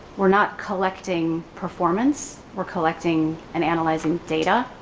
we're not collecting performance, we're collecting and analyzing data.